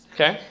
Okay